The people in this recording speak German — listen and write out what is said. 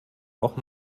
auch